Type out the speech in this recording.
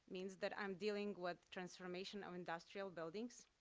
means that i'm dealing with transformation of industrial buildings.